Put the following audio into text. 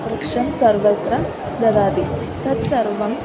वृक्षं सर्वत्र ददाति तत्सर्वम्